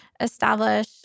establish